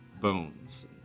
bones